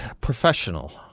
professional